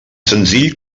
senzill